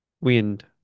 wind